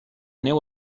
neu